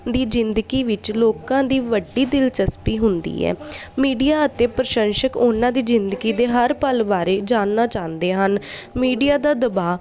ਦੀ ਜ਼ਿਦਗੀ ਵਿੱਚ ਲੋਕਾਂ ਦੀ ਵੱਡੀ ਦਿਲਚਸਪੀ ਹੁੰਦੀ ਹੈ ਮੀਡੀਆ ਅਤੇ ਪ੍ਰਸ਼ੰਸ਼ਕ ਉਹਨਾਂ ਦੀ ਜ਼ਿਦਗੀ ਦੇ ਹਰ ਪਲ ਬਾਰੇ ਜਾਣਨਾ ਚਾਹੁੰਦੇ ਹਨ ਮੀਡੀਆ ਦਾ ਦਬਾਅ